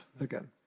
again